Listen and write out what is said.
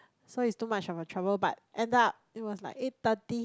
so it's too much of a trouble but end up it was like eight thirty